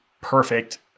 perfect